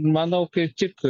manau kaip tik